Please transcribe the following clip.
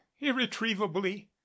irretrievably